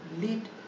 lead